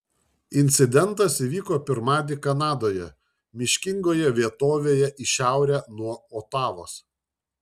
incidentas įvyko pirmadienį kanadoje miškingoje vietovėje į šiaurę nuo otavos